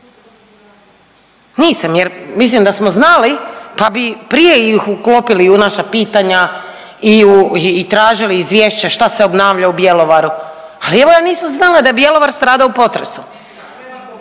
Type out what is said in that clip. Nisam jer mislim da smo znali pa bi prije ih uklopili u naša pitanja i u, i tražili izvješće šta se obnavlja u Bjelovaru, ali evo, ja nisam znala da je Bjelovar stradao u potresu.